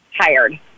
tired